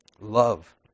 love